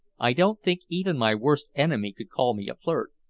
i don't think even my worst enemy could call me a flirt,